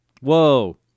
whoa